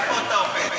איפה אתה אוחז?